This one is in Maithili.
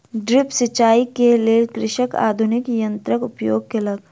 ड्रिप सिचाई के लेल कृषक आधुनिक यंत्रक उपयोग केलक